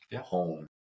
home